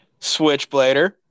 Switchblader